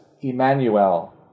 Emmanuel